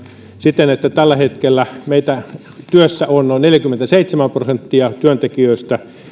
siten että tällä hetkellä meitä on työssä noin neljäkymmentäseitsemän prosenttia